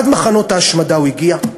ועד מחנות ההשמדה הוא הגיע.